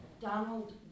Donald